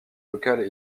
local